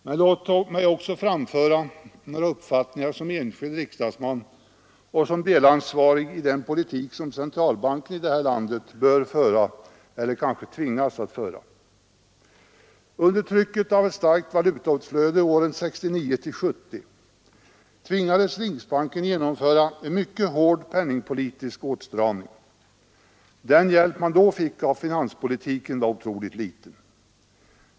Men låt mig också få framföra min uppfattning som enskild riksdagsman och som delansvarig för den politik som centralbanken i detta land bör föra eller kanske tvingas att föra. Under trycket av ett starkt valutautflöde åren 1969 och 1970 tvingades riksbanken genomföra en mycket hård penningpolitisk åtstramning. Den hjälp man då fick av finanspolitiken var mycket liten.